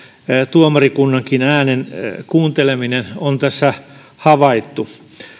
tuomarikunnankin äänen kuunteleminen on tässä havaittu